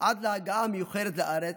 עד להגעה המיוחלת לארץ,